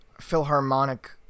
Philharmonic